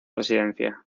residencia